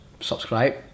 subscribe